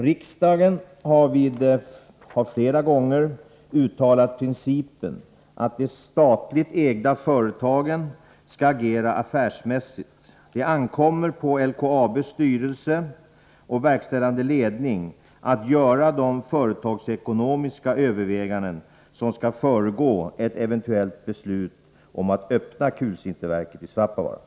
Riksdagen har flera gånger uttalat principen att de statligt ägda företagen skall agera affärsmässigt. Det ankommer på LKAB:s styrelse och verkställande ledning att göra de företagsekonomiska överväganden som skall föregå ett eventuellt beslut om att öppna kulsinterverket i Svappavaara.